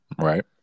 Right